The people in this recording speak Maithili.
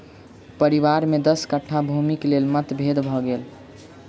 परिवार में दस कट्ठा भूमिक लेल मतभेद भ गेल